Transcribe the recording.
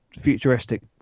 futuristic